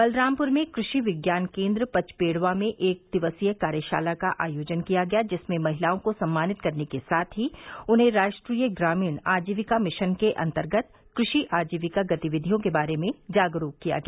बलरामपुर में कृषि विज्ञान केन्द्र पचपेड़वा में एक दिवसीय कार्यशाला का आयोजन किया गया जिसमें महिलाओं को सम्मानित करने के साथ ही उन्हें राष्ट्रीय ग्रामीण आजीविका मिशन के अन्तर्गत कृषि आजीविका गतिविधियों के बारे में जागरूक किया गया